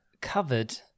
covered